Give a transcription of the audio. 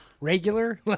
regular